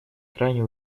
крайне